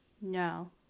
No